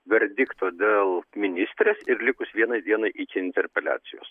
verdikto dėl ministrės ir likus vienai dienai iki interpeliacijos